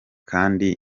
kandi